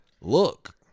look